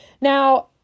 Now